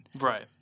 Right